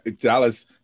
Dallas